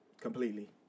completely